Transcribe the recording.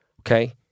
Okay